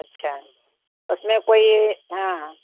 اچھا اس میں کوئی ہاںاں